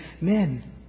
men